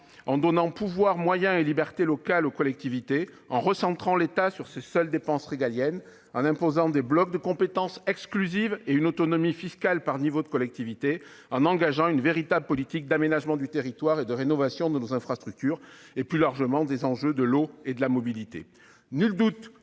en donnant pouvoir, moyens et liberté locale aux collectivités ; en recentrant l'État sur ses seules dépenses régaliennes ; en imposant des blocs de compétences exclusives et une autonomie fiscale pour chaque échelon de collectivités ; en engageant une véritable politique d'aménagement du territoire qui s'attaque à la rénovation de nos infrastructures et, plus largement, confronte les enjeux de l'eau et de la mobilité.